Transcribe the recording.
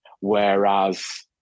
Whereas